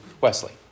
Wesley